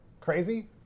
crazy